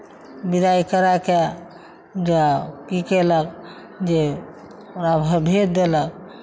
विदागिरी कराय कऽ जे आब की कयलक जे ओकरा भ भेज देलक